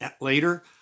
later